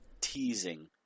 teasing